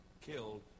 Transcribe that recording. killed